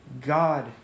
God